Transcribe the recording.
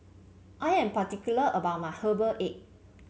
I am particular about my Herbal Egg